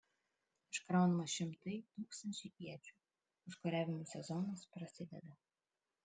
iškraunama šimtai tūkstančiai iečių užkariavimų sezonas prasideda